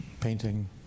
painting